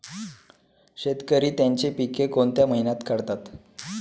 शेतकरी त्यांची पीके कोणत्या महिन्यात काढतात?